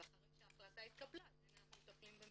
ואחרי שההחלטה התקבלה אנחנו עדיין מטפלים למשפחות.